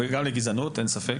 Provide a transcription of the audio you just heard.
וגם לגזענות, אין ספק.